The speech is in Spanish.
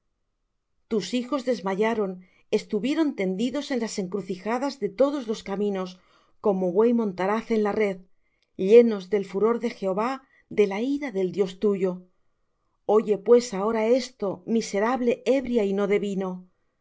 tus hijos desmayaron estuvieron tendidos en las encrucijadas de todos los caminos como buey montaraz en la red llenos del furor de jehová de la ira del dios tuyo oye pues ahora esto miserable ebria y no de vino